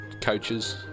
Coaches